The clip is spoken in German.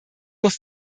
muss